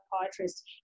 psychiatrist